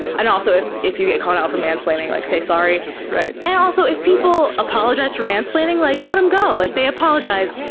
and also if if you get caught out for mansplaining, like say sorry. and also if people apologize for mansplaining, like let them go. like they apologized!